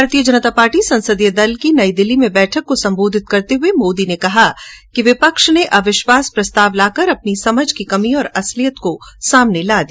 भारतीये जनता पार्टी संसदीय दल की नई दिल्ली में बैठक को संबोधित करते हुए श्री मोदी ने कहा कि विपक्ष ने अविश्वास प्रस्ताव लाकर अपनी समझ की कमी और असलियत को सामने ला दिया